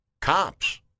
cops